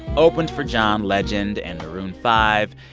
opened for john legend and maroon five.